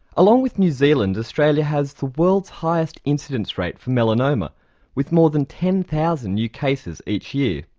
along with new zealand, australia has the world's highest incidence rate for melanoma with more than ten thousand new cases each year.